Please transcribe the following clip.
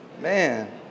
Man